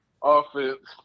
Offense